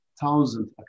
thousand